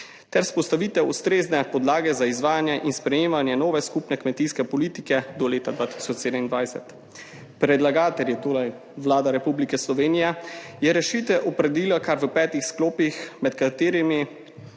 ter vzpostavitev ustrezne podlage za izvajanje in sprejemanje nove skupne kmetijske politike do leta 2027. Predlagatelj je torej Vlada Republike Slovenije je rešitve opredelila kar v petih sklopih, med katerimi